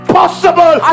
possible